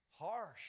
Harsh